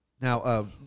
Now